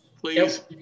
please